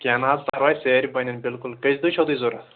کیٚنٛہہ نا حظ پَرواے سیرِ بَنَن بِلکُل کٔژِ دۅہۍ چھَوٕ تۄہہِ ضروٗرت